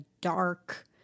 dark